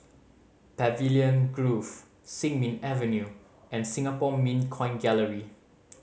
Pavilion Grove Sin Ming Avenue and Singapore Mint Coin Gallery